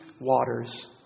waters